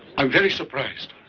i'm very surprised.